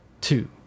two